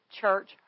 church